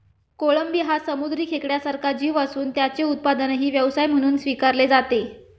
कोळंबी हा समुद्री खेकड्यासारखा जीव असून त्याचे उत्पादनही व्यवसाय म्हणून स्वीकारले जाते